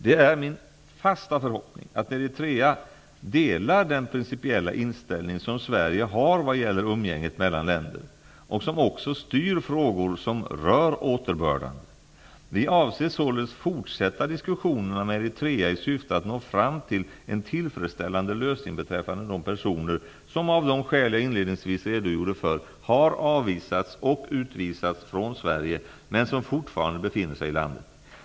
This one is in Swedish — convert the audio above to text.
Det är min fasta förhoppning att Eritrea delar den principiella inställning som Sverige har vad gäller umgänget mellan länder, och som också styr frågor som rör återbördande. Vi avser således fortsätta diskussionerna med Eritrea i syfte att nå fram till en tillfredsställande lösning beträffande de personer som, av de skäl jag inledningsvis redogjorde för, har avvisats och utvisats från Sverige men som fortfarande befinner sig i landet.